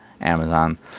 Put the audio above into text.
Amazon